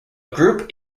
group